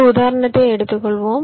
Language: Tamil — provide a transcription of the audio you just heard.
இந்த உதாரணத்தை எடுத்துக் கொள்வோம்